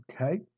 Okay